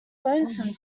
lonesome